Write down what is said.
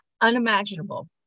unimaginable